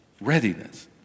Readiness